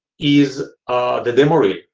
is the demo reel.